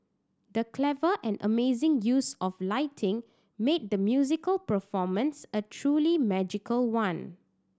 the clever and amazing use of lighting made the musical performance a truly magical one